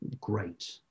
great